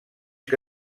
que